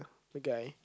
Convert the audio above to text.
the guy